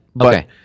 Okay